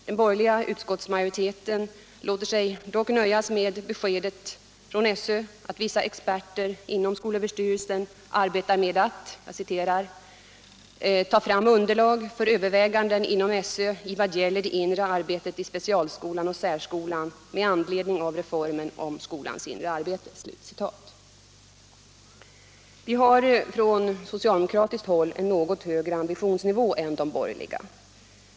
Den borgerliga utskottsmajoriteten låter sig dock nöjas med beskedet från SÖ att vissa experter inom skolöverstyrelsen arbetar med att ”ta fram underlag för överväganden inom SÖ i vad gäller det inre arbetet i specialskolan och särskolan med anledning av reformen om skolans inre arbete”. Vi har från socialdemokratiskt håll en något högre ambitionsnivå än de borgerliga.